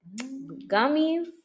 Gummies